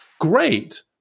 Great